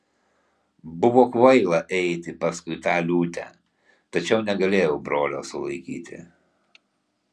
buvo kvaila eiti paskui tą liūtę tačiau negalėjau brolio sulaikyti